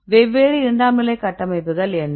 வெவ்வேறு இரண்டாம் நிலை கட்டமைப்புகள் என்ன